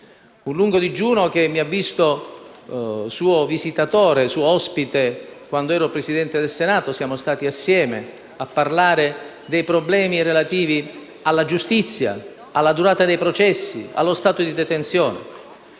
un lungo digiuno mi ha visto suo visitatore e suo ospite quando ero Presidente del Senato: siamo stati assieme a parlare dei problemi relativi alla giustizia, alla durata dei processi, allo stato di detenzione.